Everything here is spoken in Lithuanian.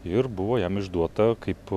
ir buvo jam išduota kaip